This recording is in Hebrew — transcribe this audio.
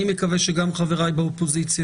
אני מקווה שגם חבריי באופוזיציה,